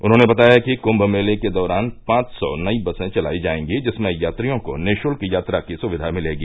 उन्होंने बताया कि कुंम मेले के दौरान पांव सौ नई बसें चलाई जायेंगी जिसमें यात्रियों को निशुल्क यात्रा की सुविधा मिलेगी